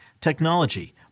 technology